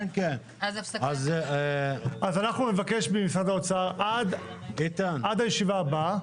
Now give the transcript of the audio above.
אז אנחנו נבקש ממשרד האוצר עד הישיבה הבאה.